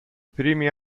primi